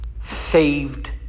Saved